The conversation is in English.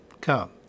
come